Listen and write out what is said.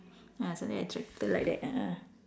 ah something like a tractor like that a'ah